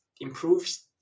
improves